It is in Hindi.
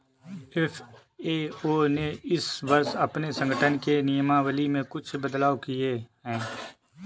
एफ.ए.ओ ने इस वर्ष अपने संगठन के नियमावली में कुछ बदलाव किए हैं